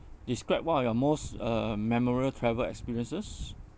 describe one of your most uh memorable travel experiences